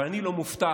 אבל אני לא מופתע,